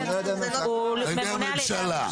הוא ממונה על ידי הממשלה.